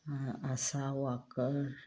asha worker